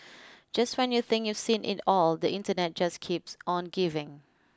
just when you think you've seen it all the internet just keeps on giving